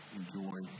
enjoy